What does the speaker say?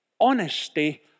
Honesty